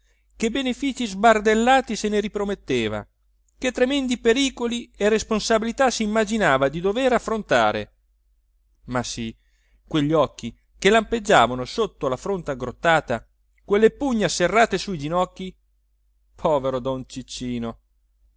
che beneficii sbardellati se ne riprometteva che tremendi pericoli e responsabilità si immaginava di dovere affrontare ma sì quegli occhi che lampeggiavano sotto la fronte aggrottata quelle pugna serrate sui i ginocchi povero don ciccino